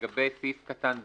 לגבי סעיף קטן (ב)